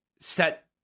set